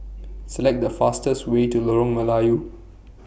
Select The fastest Way to Lorong Melayu